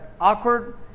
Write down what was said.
awkward